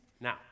Now